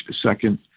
second